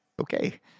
Okay